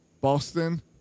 Boston